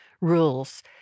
rules